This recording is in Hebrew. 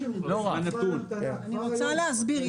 אני רוצה להסביר.